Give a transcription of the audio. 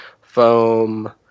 foam